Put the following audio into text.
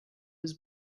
his